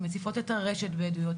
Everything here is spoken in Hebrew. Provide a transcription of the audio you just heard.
הן מציפות את הרשת בעדויות.